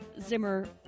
Zimmer